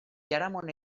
jaramon